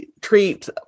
treat